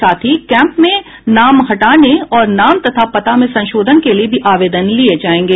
साथ ही कैंप में नाम हटाने और नाम तथा पता में संशोधन के लिये भी आवेदन लिये जायेंगे